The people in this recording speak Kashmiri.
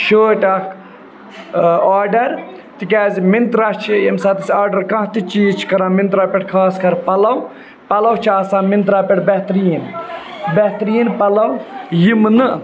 شٲٹ اَکھ آرڈَر تِکیٛازِ مِنترٛا چھِ ییٚمہِ ساتہٕ أسۍ آرڈَر کانٛہہ تہِ چیٖز چھِ کَران مِنترٛا پٮ۪ٹھ خاص کَر پَلَو پَلَو چھِ آسان مِنترٛا پٮ۪ٹھ بہتریٖن بہتریٖن پَلَو یِم نہٕ